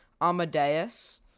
Amadeus